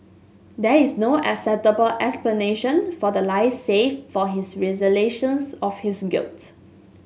there is no acceptable explanation for the lies save for his realisations of his guilt